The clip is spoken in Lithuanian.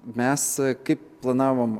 mes kaip planavom